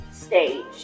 stage